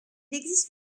existe